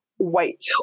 white